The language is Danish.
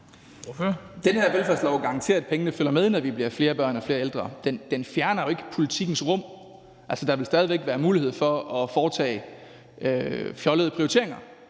Den her velfærdslov garanterer, at pengene følger med, når vi bliver flere børn og flere ældre. Den fjerner jo ikke politikkens rum, altså, der vil stadig væk være mulighed for at foretage fjollede prioriteringer.